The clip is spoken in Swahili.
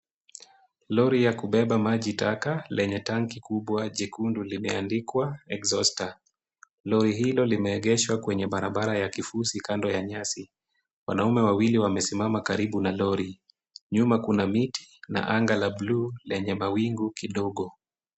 Lori ya kubeba maji taka lenye tanki kubwa jekundu limeandikwa exhauster . Lori hilo limeegeshwa kwenye barabara ya kifusi kando ya nyasi. Wanaume wawili wamesimama karibu na lori. Nyuma kuna miti na anga la bluu lenye mawingu kidogo.